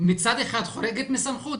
היא מצד אחד חורגת מסמכות,